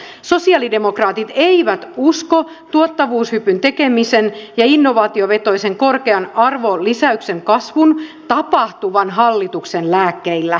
sosialidemokraatit eivät usko tuottavuushypyn tekemisen ja innovaatiovetoisen korkean arvonlisäyksen kasvun tapahtuvan hallituksen lääkkeillä